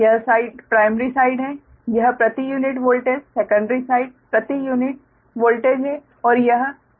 यह side primary side है यह प्रति यूनिट वोल्टेज सेकंडरी साइड प्रति यूनिट वोल्टेज है और यह Z है